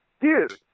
dude